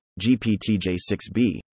GPT-J6B